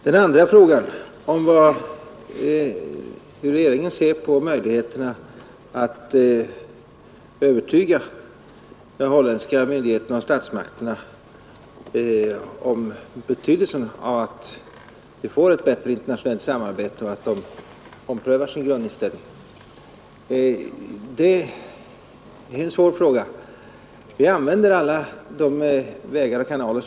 Den andra frågan — hur regeringen ser på möjligheterna att övertyga den holländska staten om betydelsen av att vi får ett bättre internationellt samarbete så att de omprövar sin inställning — är en svår fråga. Vi använder alla tillgängliga vägar och kanaler.